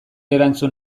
erantzun